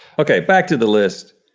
okay, back to the list.